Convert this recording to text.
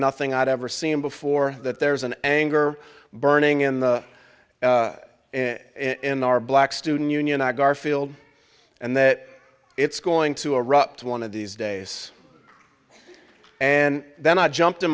nothing i've ever seen before that there's an anger burning in the in our black student union i garfield and that it's going to erupt one of these days and then i jumped in